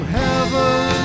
heaven